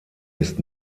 ist